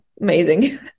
Amazing